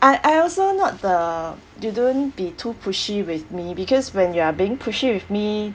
I I also not the they don't be too pushy with me because when you are being pushy with me